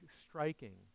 striking